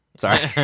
Sorry